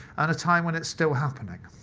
and a time when it's still happening.